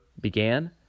began